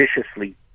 viciously